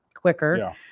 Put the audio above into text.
quicker